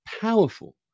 powerful